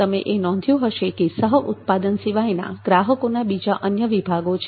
તમે એ નોંધ્યું હશે કે સહ ઉત્પાદન સિવાયના ગ્રાહકોના બીજા અન્ય વિભાગો છે